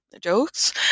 jokes